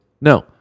No